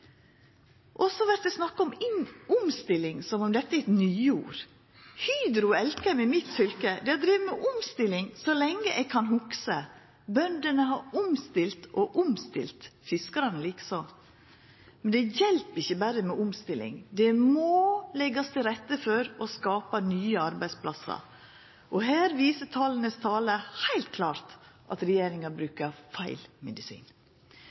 Og så vert det snakka om omstilling som om dette er eit nyord. Hydro Elkem i mitt fylke har drive med omstilling så lenge eg kan hugsa. Bøndene har omstilt og omstilt, og fiskarane like så. Men det hjelper ikkje berre med omstilling, det må leggjast til rette for å skapa nye arbeidsplassar, og her viser talas tale heilt klart at regjeringa brukar feil medisin.